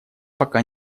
пока